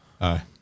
Aye